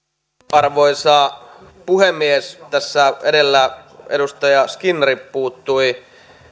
arvoisa puhemies tässä edellä edustaja skinnari puuttui